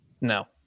No